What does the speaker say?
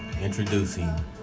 introducing